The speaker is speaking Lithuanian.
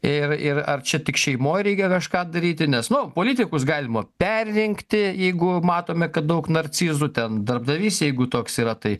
ir ir ar čia tik šeimoj reikia kažką daryti nes nu politikus galima perrinkti jeigu matome kad daug narcizų ten darbdavys jeigu toks yra tai